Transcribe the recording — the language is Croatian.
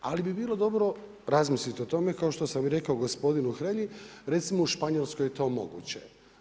Ali bi bilo dobro razmisliti o tome kao što sam i rekao gospodinu Hrelji, recimo u Španjolskoj je to moguće.